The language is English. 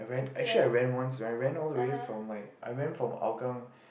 actually I ran once I ran all the way from like I ran from Hougang